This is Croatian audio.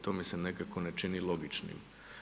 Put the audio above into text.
To mi se nekako ne čini logičnim.